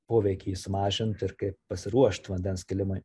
poveikį sumažint ir kaip pasiruošt vandens kilimui